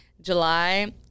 july